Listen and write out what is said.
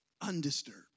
Undisturbed